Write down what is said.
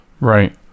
Right